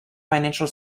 financial